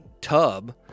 tub